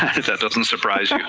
if that doesn't surprise